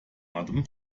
atem